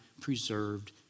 preserved